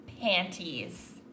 panties